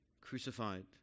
crucified